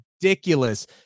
ridiculous